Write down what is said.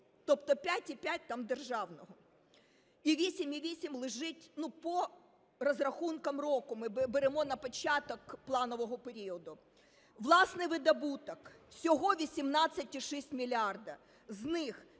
тобто 5,5 там державного. І 8,8 лежить… Ну, по розрахункам року ми беремо на початок планового періоду. Власний видобуток всього 18,6 мільярда.